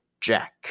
Jack